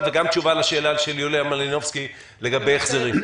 וגם אני מבקש תשובה לשאלה של יוליה מלינובסקי לגבי החזרים.